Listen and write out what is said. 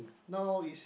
now is